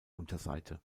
unterseite